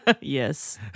Yes